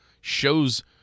shows